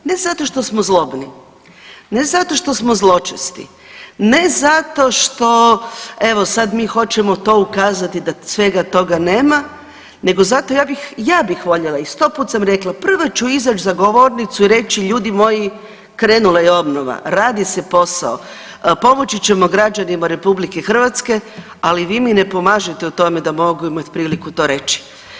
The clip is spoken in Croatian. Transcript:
Ne zato što smo zlobni, ne zato što smo zločasti, ne zato što evo sad mi hoćemo to ukazati da svega toga nema nego zato ja bih, ja bih voljela i 100 put sam rekla prva ću izać za govornicu i reći ljudi moji krenula je obnova, radi se posao, pomoći ćemo građanima RH, ali vi mi ne pomažete u tome da mogu imat priliku to reći.